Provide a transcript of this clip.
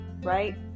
right